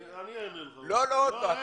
אני אענה לך על זה.